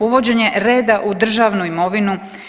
Uvođenje reda u državnu imovinu.